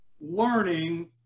learning